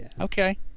Okay